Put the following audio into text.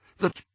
that